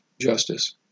Justice